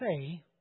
say